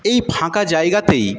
এই ফাঁকা জায়গাতেই